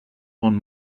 one